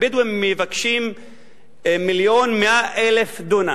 הבדואים מבקשים 1.1 מיליון דונם,